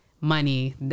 Money